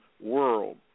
world